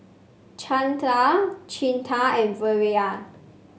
Chanda Chetan and Virat